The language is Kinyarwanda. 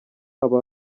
aba